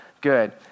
good